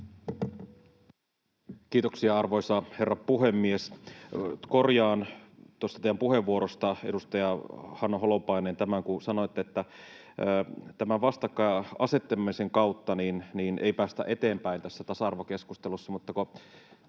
Kiitoksia, arvoisa herra puhemies! Korjaan tuosta teidän puheenvuorostanne, edustaja Hanna Holopainen, tämän, kun sanoitte, että tämän vastakkain asettamisen kautta ei päästä eteenpäin tässä tasa-arvokeskustelussa,